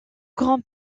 grand